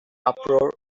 uproar